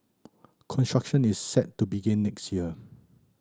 construction is set to begin next year